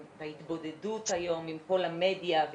ההתבודדות היום עם כל המדיה.